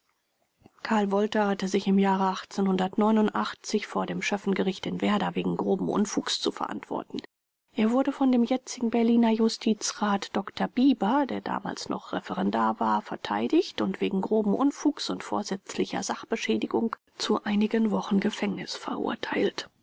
karl wolter hatte sich im jahre vor dem schöffengericht in werder wegen groben unfugs zu verantworten er wurde von dem jetzigen berliner justizrat dr bieber der damals noch referendar war verteidigt und wegen groben unfugs und vorsätzlicher sachbeschädigung zu einigen wochen gefängnis verurteilt